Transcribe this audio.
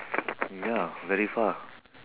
ya very far